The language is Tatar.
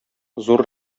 зур